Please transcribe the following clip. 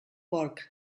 porc